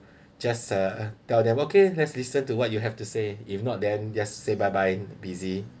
just uh tell them okay let's listen to what you have to say if not then say bye bye busy